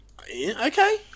Okay